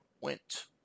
went